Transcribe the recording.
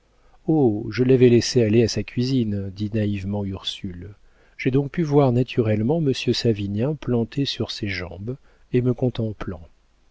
oh je l'avais laissée aller à sa cuisine dit naïvement ursule j'ai donc pu voir naturellement monsieur savinien planté sur ses jambes et me contemplant